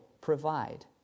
provide